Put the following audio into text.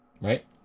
Right